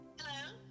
Hello